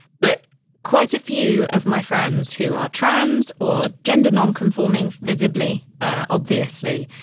but quite a few of my friends who are trans or gender nonconforming visibly, ah obviously,